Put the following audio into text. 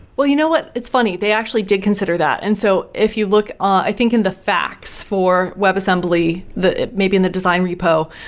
well, you know what? it's funny, they actually did consider that and so if you look, i think in the facts for web assembly, maybe in the design repo,